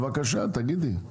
בבקשה, תגידי.